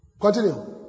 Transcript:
Continue